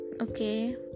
okay